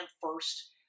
first